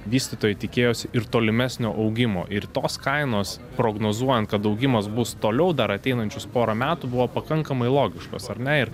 vystytojai tikėjosi ir tolimesnio augimo ir tos kainos prognozuojant kad augimas bus toliau dar ateinančius porą metų buvo pakankamai logiškos ar ne ir